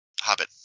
Hobbit